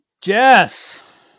Jess